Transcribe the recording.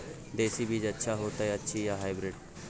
देसी बीज अच्छा होयत अछि या हाइब्रिड?